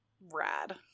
rad